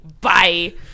Bye